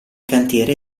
cantiere